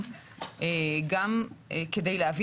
אבל גם אם נניח